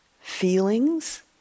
feelings